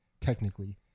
technically